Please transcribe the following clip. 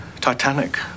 titanic